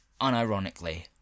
unironically